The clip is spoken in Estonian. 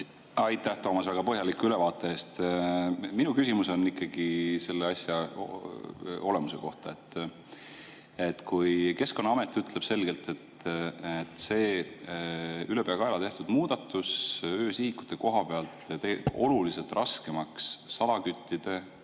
Aitäh, Toomas, väga põhjaliku ülevaate eest! Minu küsimus on ikkagi selle asja olemuse kohta. Keskkonnaamet ütleb selgelt, et see ülepeakaela tehtud muudatus öösihikute koha pealt teeb oluliselt raskemaks salaküttide